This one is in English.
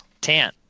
Tan